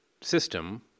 system